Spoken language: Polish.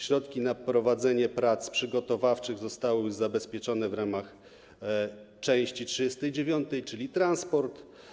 Środki na prowadzenie prac przygotowawczych zostały już zabezpieczone w ramach części 39: Transport.